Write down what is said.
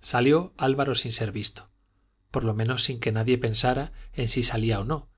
salió álvaro sin ser visto por lo menos sin que nadie pensara en si salía o no